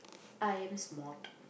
I am smart